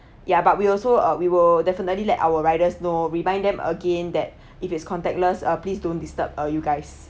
ya but we also we will definitely let our riders know remind them again that if is contactless uh please don't disturb err you guys